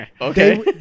okay